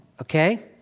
okay